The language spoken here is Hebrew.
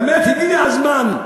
באמת הגיע הזמן,